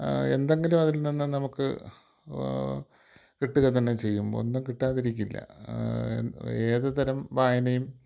എന്തെങ്കിലും അതിൽ നിന്ന് നമുക്ക് കിട്ടുക തന്നെ ചെയ്യും ഒന്നും കിട്ടാതിരിക്കില്ല ഏത് തരം വായനയും